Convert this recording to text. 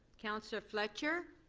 counselor fletcher?